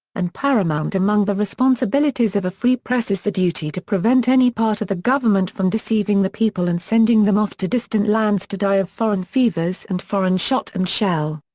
and paramount among the responsibilities of a free press is the duty to prevent any part of the government from deceiving the people and sending them off to distant lands to die of foreign fevers and foreign shot and shell.